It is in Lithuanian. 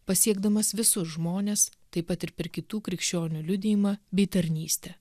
pasiekdamas visus žmones taip pat ir per kitų krikščionių liudijimą bei tarnystę